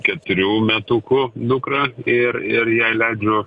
keturių metukų dukrą ir ir jai leidžiu